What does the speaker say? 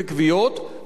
וכולן היו מלאות.